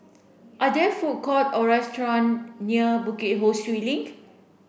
are there food court or restaurants near Bukit Ho Swee Link